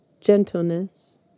gentleness